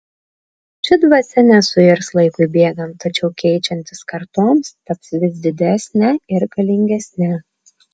ši dvasia nesuirs laikui bėgant tačiau keičiantis kartoms taps vis didesne ir galingesne